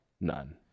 None